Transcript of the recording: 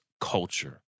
culture